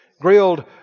grilled